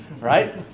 Right